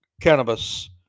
cannabis